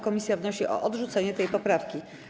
Komisja wnosi o odrzucenie tej poprawki.